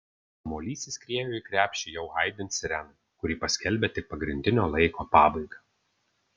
kamuolys įskriejo į krepšį jau aidint sirenai kuri paskelbė tik pagrindinio laiko pabaigą